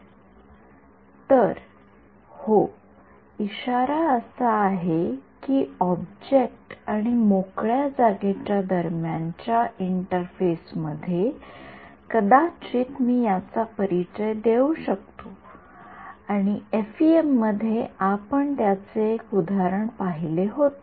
विद्यार्थी तर हो इशारा असा आहे की ऑब्जेक्ट आणि मोकळ्या जागेच्या दरम्यानच्या इंटरफेस मध्ये कदाचित मी याचा परिचय देऊ शकतो आणि एफईएम मध्ये आपण त्याचे एक उदाहरण पाहिले होते